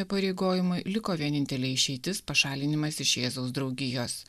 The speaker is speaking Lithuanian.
įpareigojimui liko vienintelė išeitis pašalinimas iš jėzaus draugijos